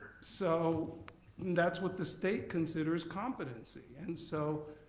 so that's what the state considers competency. and so